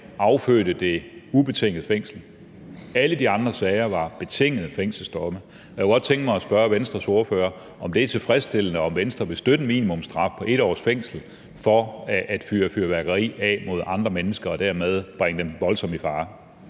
affødte det ubetinget fængsel. I alle de andre sager var der tale om betingede fængselsdomme. Jeg kunne godt tænke mig at spørge Venstres ordfører, om det er tilfredsstillende, og om Venstre vil støtte en minimumsstraf på 1 års fængsel for at fyre fyrværkeri af mod andre mennesker og dermed bringe dem voldsomt i fare.